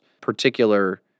particular